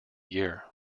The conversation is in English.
year